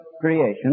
creation